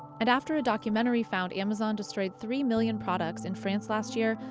and after a documentary found amazon destroyed three million products in france last year,